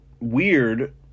weird